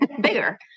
bigger